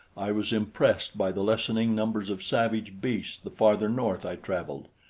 i was impressed by the lessening numbers of savage beasts the farther north i traveled.